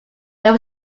there